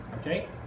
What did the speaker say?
okay